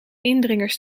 indringers